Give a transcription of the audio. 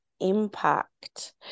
impact